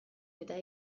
eta